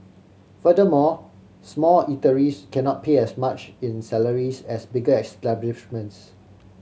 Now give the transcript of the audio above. furthermore small eateries cannot pay as much in salaries as bigger establishments